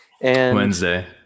Wednesday